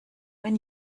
wenn